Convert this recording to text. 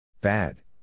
Bad